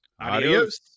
adios